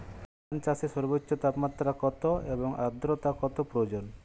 ধান চাষে সর্বোচ্চ তাপমাত্রা কত এবং আর্দ্রতা কত প্রয়োজন?